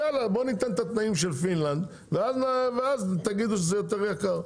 בוא ניתן את התנאים של פינלנד ואז תגידו שזה יותר יקר.